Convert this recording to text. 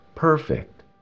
Perfect